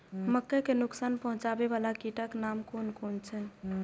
मके के नुकसान पहुँचावे वाला कीटक नाम कुन कुन छै?